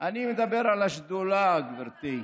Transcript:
אני מדבר על השדולה, גברתי.